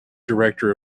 director